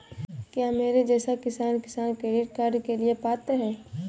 क्या मेरे जैसा किसान किसान क्रेडिट कार्ड के लिए पात्र है?